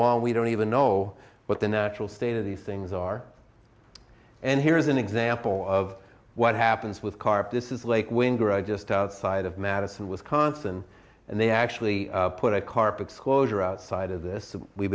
long we don't even know what the natural state of these things are and here's an example of what happens with carp this is lake winter i just outside of madison wisconsin and they actually put a carpets closure outside of this and we've